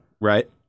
right